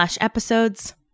episodes